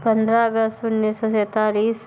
पंद्रह अगस्त उन्नीस सौ सैंतालीस